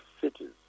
cities